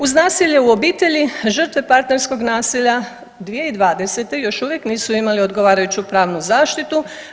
Uz nasilje u obitelji žrtve partnerskog nasilja 2020. još uvijek nisu imali odgovarajuću pravnu zaštitu.